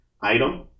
item